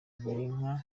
girinka